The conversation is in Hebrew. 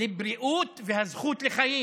לבריאות והזכות לחיים.